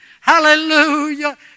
Hallelujah